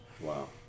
Wow